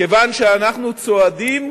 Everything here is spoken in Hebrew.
כיוון שאנחנו צועדים